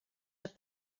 had